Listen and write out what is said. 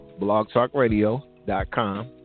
blogtalkradio.com